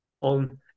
on